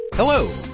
Hello